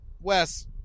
Wes